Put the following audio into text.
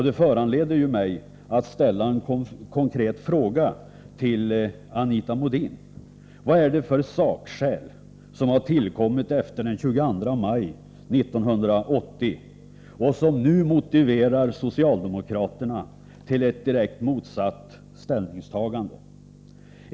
Det föranleder mig att ställa en konkret fråga till Anita Modin: Vad är det för sakskäl som tillkommit efter den 22 maj 1980 och som nu motiverar socialdemokraterna till ett direkt motsatt ställningstagande?